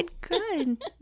Good